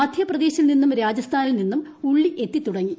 മധ്യപ്രദേശിൽ നിന്നും രാജസ്ഥാനിൽ നിന്നും ഉള്ളി എത്തിരിത്തുടങ്ങി